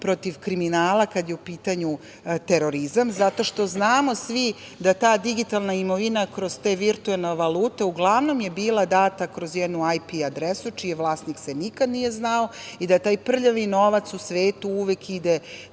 protiv kriminala kada je u pitanju terorizam zato što znamo svi da ta digitalna imovina kroz te virtuelne valute uglavnom je bila data kroz jednu IP adresu čiji vlasnik se nikada nije znao i da taj prljavi novac u svetu uvek ide